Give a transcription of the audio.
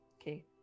Okay